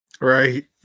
Right